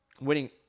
Winning